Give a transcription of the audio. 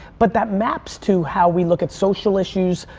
but that maps to how we look at social issues,